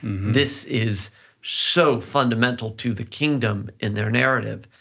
this is so fundamental to the kingdom in their narrative.